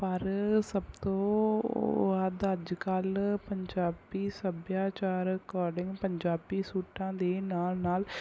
ਪਰ ਸਭ ਤੋਂ ਵੱਧ ਅੱਜ ਕੱਲ੍ਹ ਪੰਜਾਬੀ ਸੱਭਿਆਚਾਰ ਅਕੋਡਿੰਗ ਪੰਜਾਬੀ ਸੂਟਾਂ ਦੇ ਨਾਲ ਨਾਲ